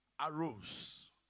arose